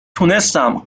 تونستم